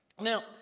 Now